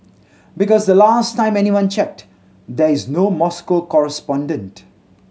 because the last time anyone checked there is no Moscow correspondent